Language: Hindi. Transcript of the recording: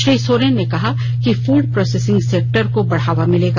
श्री सोरेन ने कहा कि फुड प्रॉसेसिंग सेक्टर को बढावा मिलेगा